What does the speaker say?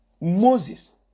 Moses